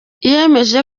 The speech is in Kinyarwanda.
yemeje